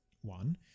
one